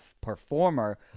performer